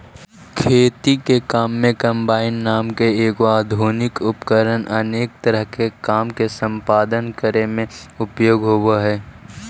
खेती के काम में कम्बाइन नाम के एगो आधुनिक उपकरण अनेक तरह के कारम के सम्पादन करे में उपयोगी हई